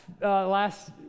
last